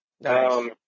Nice